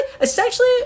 essentially